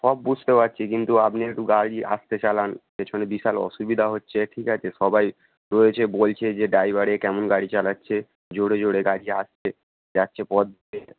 সব বুঝতে পারছি কিন্তু আপনি একটু গাড়ি আস্তে চালান পেছনে বিশাল অসুবিধা হচ্ছে ঠিক আছে সবাই রয়েছে বলছে যে ড্রাইভার এ কেমন গাড়ি চালাচ্ছে জোরে জোরে গাড়ি আসছে যাচ্ছে পথ